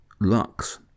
Lux